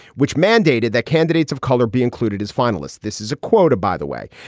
which mandated that candidates of color be included as finalists. this is a quota, by the way.